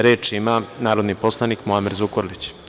Reč ima narodni poslanik Muamer Zukorlić.